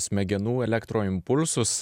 smegenų elektroimpulsus